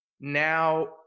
Now